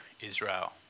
Israel